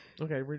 Okay